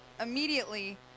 immediately